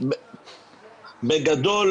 בגדול,